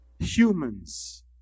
Humans